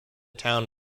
town